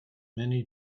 many